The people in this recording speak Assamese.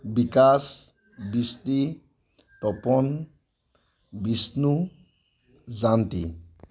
বিকাশ বৃষ্টি তপন বিষ্ণু জান্তি